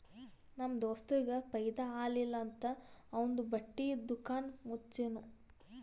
ನಮ್ ದೋಸ್ತಗ್ ಫೈದಾ ಆಲಿಲ್ಲ ಅಂತ್ ಅವಂದು ಬಟ್ಟಿ ದುಕಾನ್ ಮುಚ್ಚನೂ